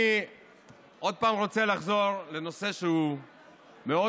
אני עוד פעם רוצה לחזור לנושא שהוא מאוד